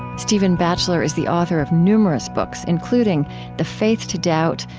stephen batchelor is the author of numerous books, including the faith to doubt,